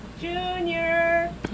Junior